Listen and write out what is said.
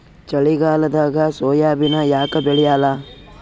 ಚಳಿಗಾಲದಾಗ ಸೋಯಾಬಿನ ಯಾಕ ಬೆಳ್ಯಾಲ?